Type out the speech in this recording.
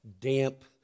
damp